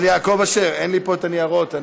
לפרוטוקול.